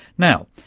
now,